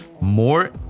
more